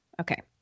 Okay